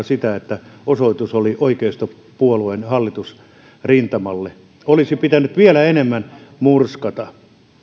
sitä että osoitus oli oikeistopuolueiden hallitusrintamalle olisi pitänyt vielä enemmän murskata